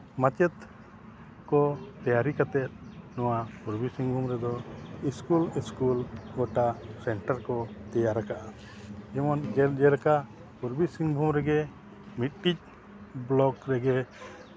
ᱢᱟᱪᱮᱫ ᱠᱚ ᱛᱮᱭᱟᱨᱤ ᱠᱟᱛᱮᱫ ᱱᱚᱣᱟ ᱯᱩᱨᱵᱤ ᱥᱤᱝᱵᱷᱩᱢ ᱨᱮᱫᱚ ᱤᱥᱠᱩᱞ ᱤᱥᱠᱩᱞ ᱜᱚᱴᱟ ᱥᱮᱱᱴᱟᱨ ᱠᱚ ᱛᱮᱭᱟᱨ ᱟᱠᱟᱜᱼᱟ ᱡᱮᱢᱚᱱ ᱡᱮᱞᱮᱠᱟ ᱯᱩᱨᱵᱤ ᱥᱤᱝᱵᱷᱩᱢ ᱨᱮᱜᱮ ᱢᱤᱫᱴᱤᱡ ᱵᱞᱚᱠ ᱨᱮᱜᱮ